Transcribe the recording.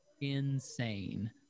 Insane